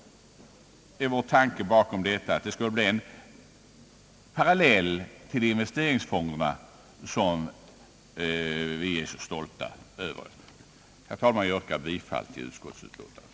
Vår tanke är alltså att det skulle bli en parallell till investeringsfonderna, som vi alla är så stolta över. Herr talman! Jag yrkar bifall till utskottets hemställan.